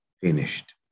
finished